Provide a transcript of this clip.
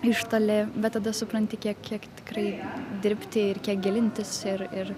iš toli bet tada supranti kiek kiek tikrai dirbti ir kiek gilintis ir ir